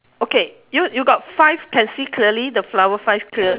okay you you got five can see clearly the flower five clear~